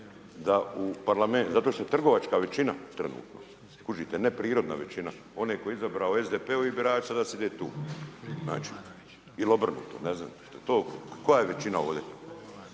u Parlamentu, zato što je trgovačka većina trenutno, kužite, ne prirodna većina, one koje je izabrao SDP-ovi birači, sada sjede tu. Ili obrnuto, ne znam. Koja je većina ovdje?